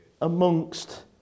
amongst